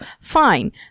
Fine